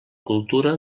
cultura